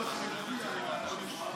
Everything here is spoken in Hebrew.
טוב, תגמור לקרוא, אחר כך תגיד מה אתה חושב.